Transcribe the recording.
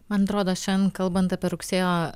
man atrodo šiandien kalbant apie rugsėjo